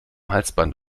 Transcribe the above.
halsband